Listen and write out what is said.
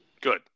Good